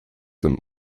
dem